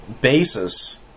basis